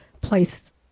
place